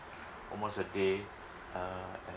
almost a day uh and